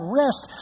rest